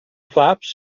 flaps